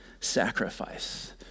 sacrifice